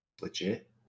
Legit